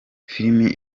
filimi